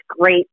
great